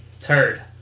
turd